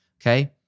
okay